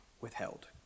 withheld